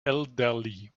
elderly